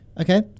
Okay